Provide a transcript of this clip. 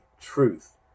truth